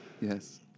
Yes